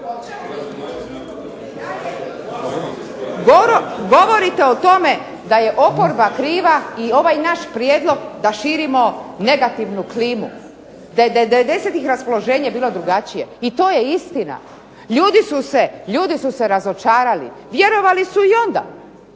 govorite o tome da je oporba kriva i ovaj naš prijedlog da širimo negativnu klimu. Da je '90.-ih raspoloženje bilo drugačije. I to je istina. Ljudi su se razočarali. Vjerovali su i onda